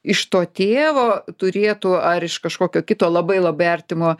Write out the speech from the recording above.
iš to tėvo turėtų ar iš kažkokio kito labai labai artimo